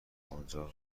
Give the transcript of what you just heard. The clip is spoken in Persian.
آنجا